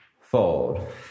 Fold